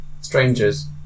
strangers